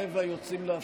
ב-19:15 יוצאים להפסקה.